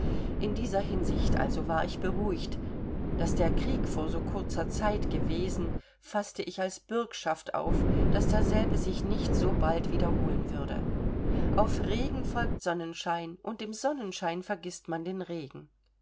in dieser hinsicht also war ich beruhigt daß der krieg vor so kurzer zeit gewesen faßte ich als bürgschaft auf daß derselbe sich nicht so bald wiederholen würde auf regen folgt sonnenschein und im sonnenschein vergißt man den regen